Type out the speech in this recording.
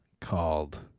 called